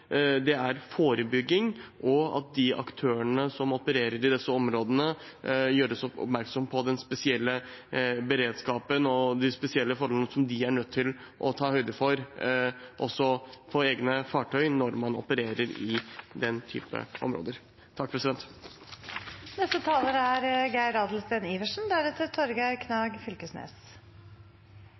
er forebygging, og at aktørene som opererer i disse områdene, gjøres oppmerksom på den spesielle beredskapen og de spesielle forholdene som de er nødt til å ta høyde for også på egne fartøy når de opererer i slike områder. Har vi god nok beredskap i Barentshavet? Bakgrunnen for spørsmålet er